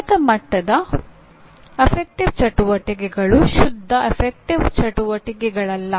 ಉನ್ನತ ಮಟ್ಟದ ಗಣನ ಚಟುವಟಿಕೆಗಳು ಶುದ್ಧ ಗಣನ ಚಟುವಟಿಕೆಗಳಲ್ಲ